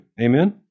Amen